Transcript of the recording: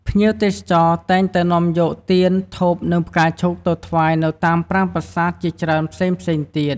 ភ្ញៀវទេសចរតែងតែនាំយកទៀន ធូប និងផ្កាឈូកទៅថ្វាយនៅតាមប្រាង្គប្រាសាទជាច្រើនផ្សេងៗទៀត។